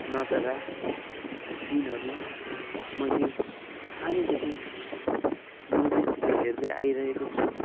नजरा सिनहरू मैले सानैदेखि मुभिसतिर हेर्दै आइरहेको छु